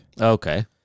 Okay